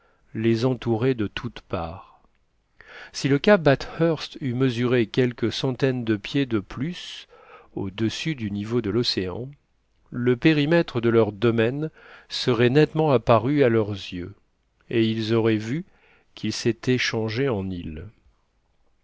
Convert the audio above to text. les entourait de toutes parts si le cap bathurst eût mesuré quelques centaines de pieds de plus au-dessus du niveau de l'océan le périmètre de leur domaine serait nettement apparu à leurs yeux et ils auraient vu qu'il s'était changé en île